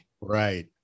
Right